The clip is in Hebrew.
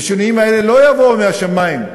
והשינויים האלה לא יבואו מהשמים,